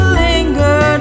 linger